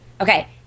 Okay